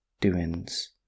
doings